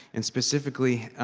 and specifically,